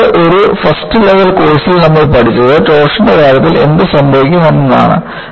അടുത്തത് ഒരു first level കോഴ്സിൽ നമ്മൾ പഠിച്ചത് ടോർഷന്റെ കാര്യത്തിൽ എന്ത് സംഭവിക്കും എന്നതാണ്